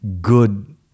good